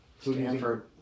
Stanford